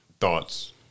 Thoughts